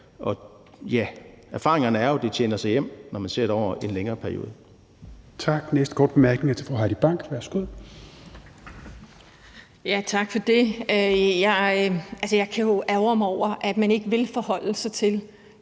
og erfaringerne er jo, at det tjener sig hjem, når man ser på det over en længere periode.